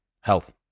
Health